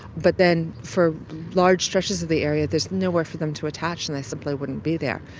but then for large stretches of the area there is nowhere for them to attach and they simply wouldn't be there.